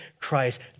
Christ